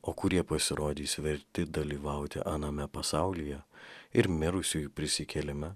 o kurie pasirodys verti dalyvauti aname pasaulyje ir mirusiųjų prisikėlimą